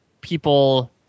people